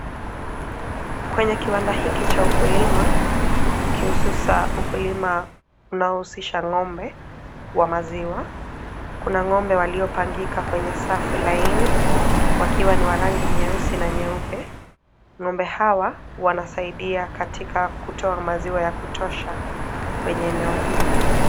Kwenye kiwanda hiki cha ukulima, kiususa ukulima unaohusisha ng'ombe, wa maziwa, kuna ng'ombe waliopangika kwenye safu laini wakiwa ni wa rangi nyeusi na nyeupe. Ng'ombe hawa wanasaidia katika kutoa maziwa ya kutosha kwenye eneo hili.